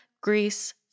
Greece